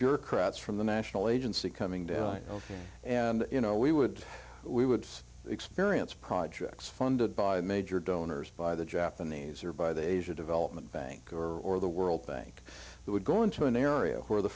bureaucrats from the national agency coming down and you know we would we would experience projects funded by major donors by the japanese or by the asian development bank or the world bank who would go into an area where the